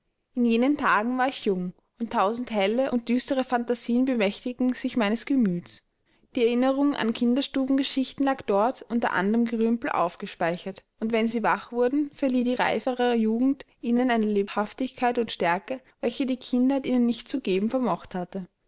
in jenen tagen war ich jung und tausend helle und düstere fantasien bemächtigten sich meines gemüts die erinnerung an kinderstubengeschichten lag dort unter anderm gerümpel aufgespeichert und wenn sie wach wurden verlieh die reifere jugend ihnen eine lebhaftigkeit und stärke welche die kindheit ihnen nicht zu geben vermocht hatte